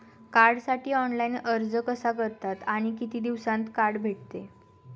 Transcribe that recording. कार्डसाठी ऑनलाइन अर्ज कसा करतात आणि किती दिवसांत कार्ड भेटते?